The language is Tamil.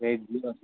வெஜ்ஜு